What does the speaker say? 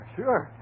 sure